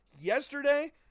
yesterday